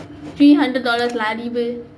three hundred dollars lah அறிவு:arivu